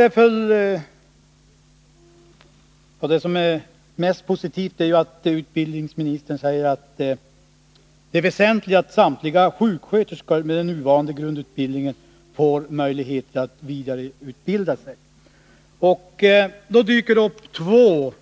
Det som är mest positivt är att utbildningsministern säger att det väsentliga är att samtliga sjuksköterskor med nuvarande grundutbildning skall få möjlighet att vidareutbilda sig. Då dyker det upp två